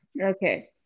Okay